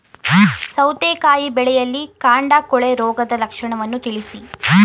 ಸೌತೆಕಾಯಿ ಬೆಳೆಯಲ್ಲಿ ಕಾಂಡ ಕೊಳೆ ರೋಗದ ಲಕ್ಷಣವನ್ನು ತಿಳಿಸಿ?